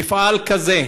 מפעל כזה,